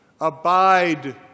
Abide